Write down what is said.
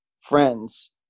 friends